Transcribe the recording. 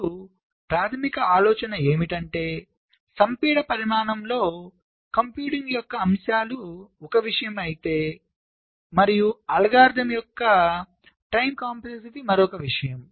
ఇప్పుడు ప్రాథమిక ఆలోచన ఏమిటంటే సంపీడన పరిమాణంలో కంప్యూటింగ్ యొక్క అంశాలు ఒక విషయం అయితే మరియు అల్గోరిథం యొక్క సమయ సంక్లిష్టత మరొక విషయం